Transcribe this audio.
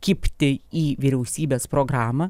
kibti į vyriausybės programą